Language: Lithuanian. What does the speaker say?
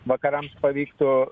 vakarams pavyktų